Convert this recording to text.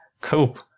Cope